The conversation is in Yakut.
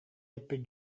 эппит